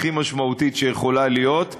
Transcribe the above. הכי משמעותית שיכולה להיות.